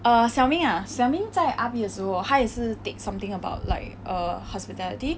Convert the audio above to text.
err xiao ming ah xiao ming 在 R_P 的时候 hor 他也是 take something about like err hospitality